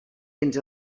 dins